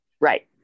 Right